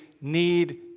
need